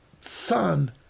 Son